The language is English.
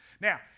Now